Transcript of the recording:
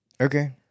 Okay